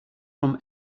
from